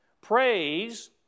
Praise